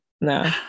no